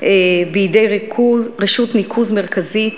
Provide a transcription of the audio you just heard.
בידי רשות ניקוז מרכזית